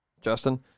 Justin